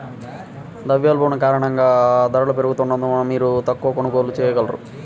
ద్రవ్యోల్బణం కారణంగా ధరలు పెరుగుతున్నందున, మీరు తక్కువ కొనుగోళ్ళు చేయగలరు